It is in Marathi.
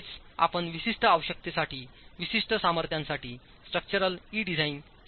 तेच आपणविशिष्ट आवश्यकतेसाठी विशिष्ट सामर्थ्यासाठीस्ट्रक्चरईडिझाइन केले आहे